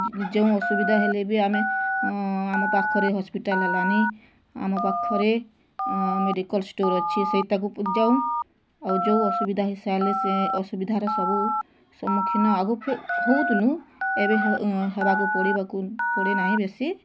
ଯେଉଁ ଅସୁବିଧା ହେଲ ଏ ବି ଆମେ ଆମ ପାଖରେ ହସ୍ପିଟାଲ ହେଲାଣି ଆମ ପାଖରେ ମେଡ଼ିକାଲ ଷ୍ଟୋର ଅଛି ସେଇଟାକୁ ଯାଉ ଆଉ ଯେଉଁ ଅସୁବିଧା ହେଇ ସାରିଲେ ସେ ଅସୁବିଧାର ସବୁ ସମ୍ମୁଖୀନ ଆଗକୁ ହେଉଥିଲୁ ଏବେ ହେବାକୁ ପଡ଼ିବାକୁ ପଡ଼େ ନାହିଁ ବେଶୀ